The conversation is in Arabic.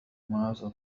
ماذا